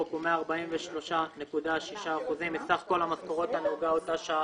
הוא 143.6% מסך כל המשכורת הנהוגה אותה שעה